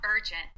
urgent